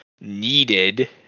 needed